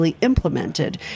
implemented